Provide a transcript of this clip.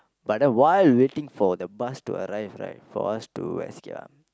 but then while waiting for the bus to arrive right for us to escape ah